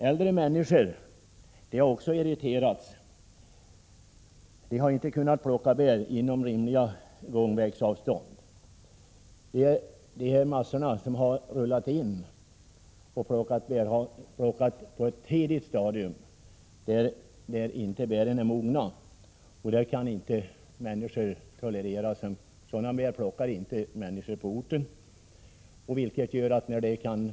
Äldre människor har också irriterats av att de ej kunnat plocka bär inom rimliga gångavstånd. Det är ”massorna” som på ett tidigt stadium plockat bären fastän dessa ännu ej varit mogna. Det kan inte människorna tolerera. Människorna på orten plockar inte bär som inte är mogna.